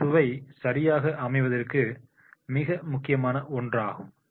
இதன் சுவை சரியாக அமைவதற்கு மிக முக்கியமான ஒன்றாகும்